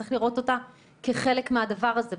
צריך לראות אותה כחלק מהדבר הזה.